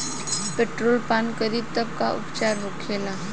Petrol पान करी तब का उपचार होखेला?